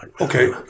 Okay